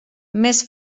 més